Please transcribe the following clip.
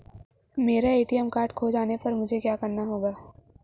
मेरा ATM card खो जाने पर मुझे क्या करना होगा?